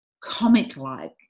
comic-like